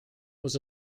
was